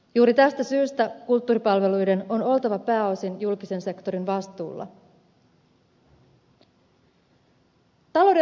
juuri tästä syystä kulttuuripalveluiden on oltava pääosin julkisen sektorin vastuulla